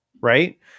right